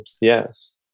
yes